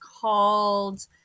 called